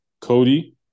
Cody